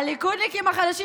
הליכודניקים החדשים,